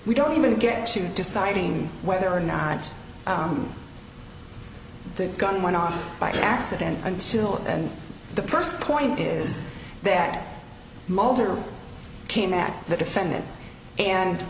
we don't even get to deciding whether or not the gun went off by accident until and the first point is that mulder came at the defendant and